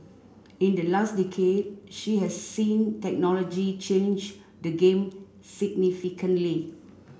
in the last decade she has seen technology change the game significantly